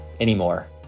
anymore